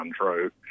untrue